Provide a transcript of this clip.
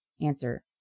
Answer